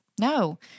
No